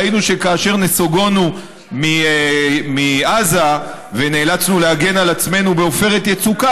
ראינו שכאשר נסוגונו מעזה ונאלצנו להגן על עצמנו בעופרת יצוקה,